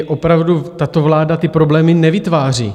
Opravdu, tato vláda ty problémy nevytváří.